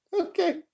Okay